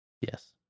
Yes